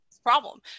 Problem